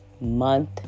month